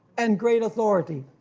and great authority.